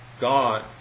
God